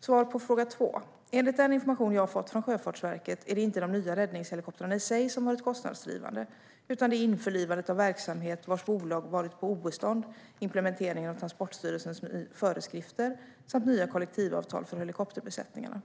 Svar på fråga 2: Enligt den information jag fått från Sjöfartsverket är det inte de nya räddningshelikoptrarna i sig som varit kostnadsdrivande, utan det är införlivandet av verksamhet vars bolag varit på obestånd, implementeringen av Transportstyrelsens föreskrifter samt nya kollektivavtal för helikopterbesättningarna.